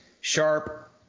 Sharp